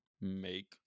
make